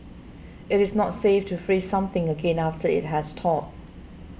it is not safe to freeze something again after it has thawed